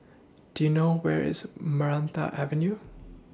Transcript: Do YOU know Where IS Maranta Avenue